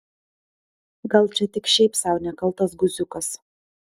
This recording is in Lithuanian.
gal čia tik šiaip sau nekaltas guziukas